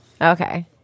Okay